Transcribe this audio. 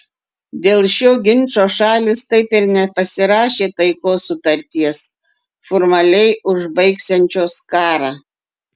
dėl šio ginčo šalys taip ir nepasirašė taikos sutarties formaliai užbaigsiančios karą